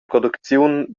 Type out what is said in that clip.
producziun